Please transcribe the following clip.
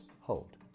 Hold